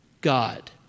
God